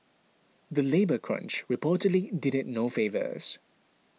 the labour crunch reportedly did it no favours